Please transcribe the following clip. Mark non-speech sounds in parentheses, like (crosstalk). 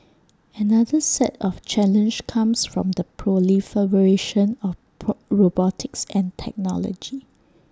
another set of challenge comes from the (unintelligible) of pro robotics and technology